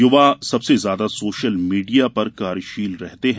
युवा सबसे ज्यादा सोशल मीडिया पर क्रियाशील रहते हैं